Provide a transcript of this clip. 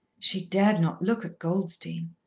she dared not look at goldstein.